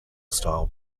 style